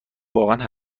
واقعا